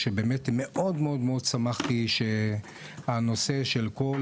שבאמת מאוד מאוד שמחתי שהנושא של כל